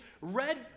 red